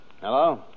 Hello